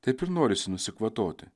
taip ir norisi nusikvatoti